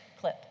clip